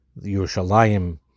Yerushalayim